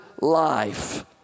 life